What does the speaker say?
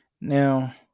Now